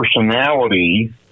personality